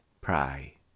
pray